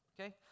Okay